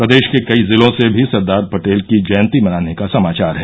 प्रदेश के कई जिलों से भी सरदार पटेल की जयंती मनाने का समाचार हैं